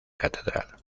catedral